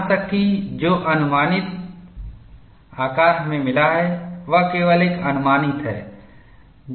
यहां तक कि जो अनुमानित आकार हमें मिला है वह केवल एक अनुमानित है